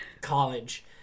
college